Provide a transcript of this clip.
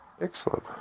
Excellent